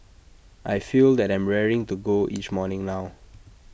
I feel that I'm raring to go each morning now